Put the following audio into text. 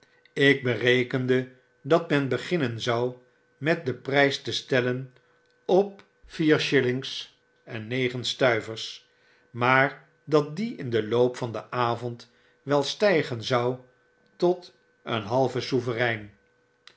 ik berekende dat men beginnen zou met den prgs te stellen op vief shillings en negen stuivers maar dat die in den loop van den avond wel stijgen zou tot een halven sovereign